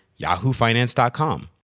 yahoofinance.com